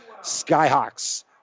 Skyhawks